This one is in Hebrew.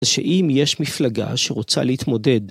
אז שאם יש מפלגה שרוצה להתמודד